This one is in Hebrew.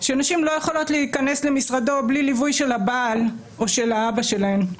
שנשים לא יכולות להיכנס כלל למשרדו בלי ליווי של הבעל או האב שלהן.